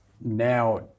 now